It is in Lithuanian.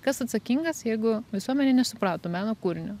kas atsakingas jeigu visuomenė nesuprato meno kūrinio